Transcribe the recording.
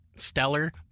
stellar